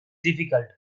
difficult